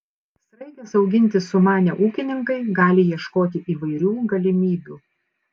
sraiges auginti sumanę ūkininkai gali ieškoti įvairių galimybių